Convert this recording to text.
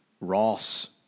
Ross